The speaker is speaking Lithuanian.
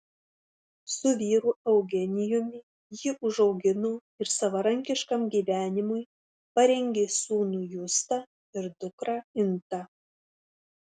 su vyru eugenijumi ji užaugino ir savarankiškam gyvenimui parengė sūnų justą ir dukrą intą